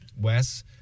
Wes